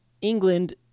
England